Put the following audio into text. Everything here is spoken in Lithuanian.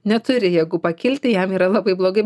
neturi jėgų pakilti jam yra labai blogai